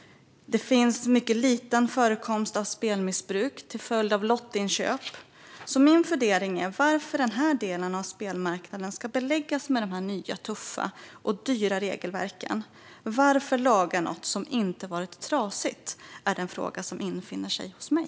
Det finns mycket liten förekomst av spelmissbruk till följd av lottinköp. Min fundering är varför denna del av spelmarknaden ska beläggas med de här nya, tuffa och dyra regelverken. Varför laga något som inte varit trasigt, är den fråga som infinner sig hos mig.